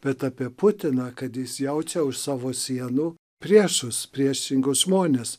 bet apie putiną kad jis jaučia už savo sienų priešus priešingus žmones